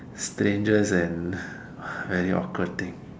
strangest and very awkward thing